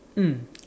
mm